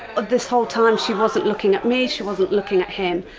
but this whole time she wasn't looking at me, she wasn't looking at him.